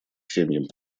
семьям